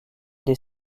des